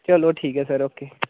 चलो ठीक ऐ सर ओके